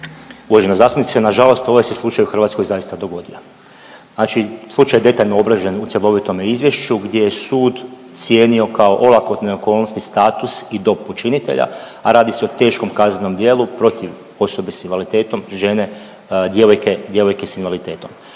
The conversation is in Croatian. zastupnice, nažalost ovaj se slučaj u Hrvatskoj zaista dogodio. Znači slučaj je detaljno obrađen u cjelovitome izvješću gdje je sud cijenio kao olakotne okolnosti status i dob počinitelja, a radi se o teškom kaznenom djelu protiv osobe s invaliditetom, žene, djevojke, djevojke s invaliditetom.